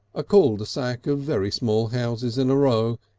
a cul-de-sac of very small houses in a row,